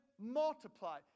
multiply